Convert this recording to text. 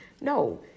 No